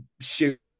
shoot